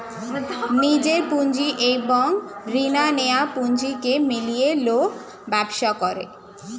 নিজের পুঁজি এবং রিনা নেয়া পুঁজিকে মিলিয়ে লোক ব্যবসা করে